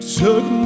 took